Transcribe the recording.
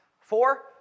Four